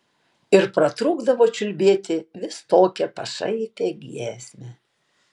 ir pratrūkdavo čiulbėti vis tokią pašaipią giesmę